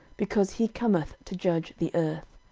because he cometh to judge the earth.